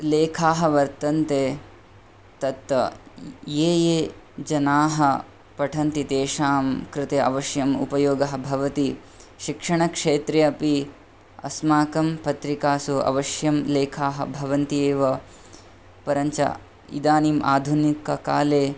लेखाः वर्तन्ते तत् ये ये जनाः पठन्ति तेषां कृते अवश्यम् उपयोगः भवति शिक्षणक्षेत्रे अपि अस्माकं पत्रिकासु अवश्यं लेखाः भवन्ति एव परञ्च इदानीम् आधुनिककाले